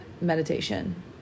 meditation